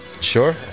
Sure